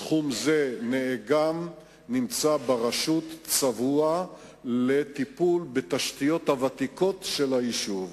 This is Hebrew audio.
סכום זה נאגם ונמצא ברשות צבוע לטיפול בתשתיות הוותיקות של היישוב.